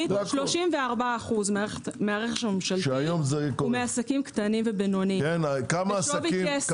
34% מהרכש הממשלתי הוא מעסקים קטנים ובינונים בשווי כסף.